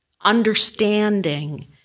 understanding